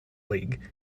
league